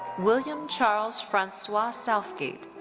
william charles francois southgate.